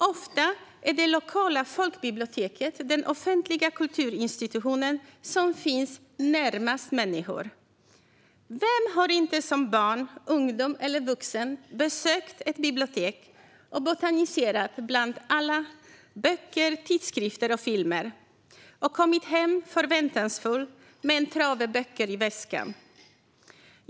Ofta är det lokala folkbiblioteket den offentliga kulturinstitution som finns närmast människor. Vem har inte som barn, ungdom eller vuxen besökt ett bibliotek, botaniserat bland alla böcker, tidskrifter och filmer och kommit hem förväntansfull med en trave böcker i väskan?